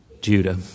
Judah